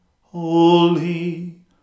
holy